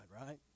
right